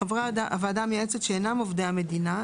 חברי הוועדה המייעצת שאינם עובדי המדינה,